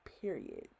period